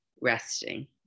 resting